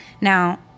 Now